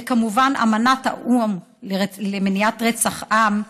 וכמובן באמנת האו"ם למניעת רצח עם,